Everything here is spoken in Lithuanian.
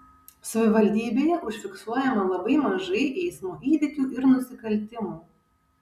savivaldybėje užfiksuojama labai mažai eismo įvykių ir nusikaltimų